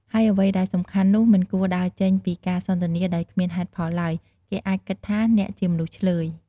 ហើយអ្វីដែលសំខាន់នោះ មិនគួរដើរចេញពីការសន្ទនា ដោយគ្មានហេតុផលឡើយ គេអាចគិតថាអ្នកជាមនុស្សឈ្លើយ។